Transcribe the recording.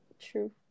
true